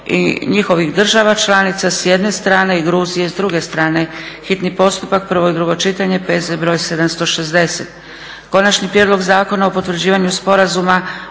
i njihovih država članica, s jedne strane, i Gruzije, s druge strane, hitni postupak, prvo i drugo čitanje, P.Z. br. 760; - Prijedlog zakona o potvrđivanju Sporazuma